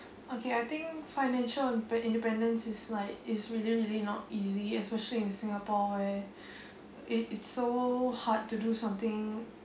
okay I think financial independence is like is really really not easy especially in singapore where it it's so hard to do something